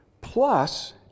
plus